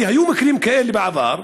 כי היו מקרים כאלה בעבר,